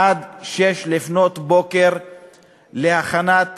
עד 06:00 להכנת